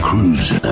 Cruise